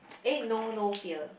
eh know no fear